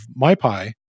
MyPy